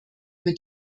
über